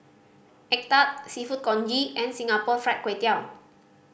egg tart Seafood Congee and Singapore Fried Kway Tiao